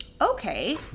okay